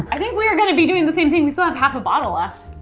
i think we're gonna be doing the same thing. we still have half a bottle left.